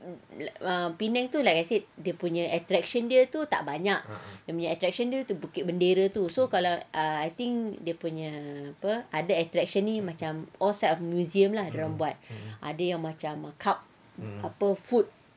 err penang tu like I said dia punya attraction dia tu tak banyak dia punya attractions tu bukit bendera tu so kalau ah I think kalau dia punya other attractions macam all sorts of museum lah dorang buat ada yang macam cup apa